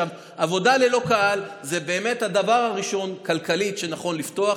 עבודה ללא קהל זה באמת הדבר הראשון כלכלית שנכון לפתוח,